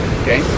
okay